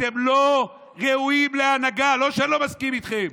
אתם לא ראויים להנהגה, לא שאני לא מסכים איתכם.